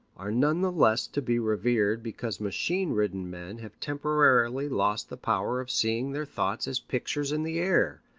are none the less to be revered because machine-ridden men have temporarily lost the power of seeing their thoughts as pictures in the air,